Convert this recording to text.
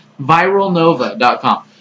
ViralNova.com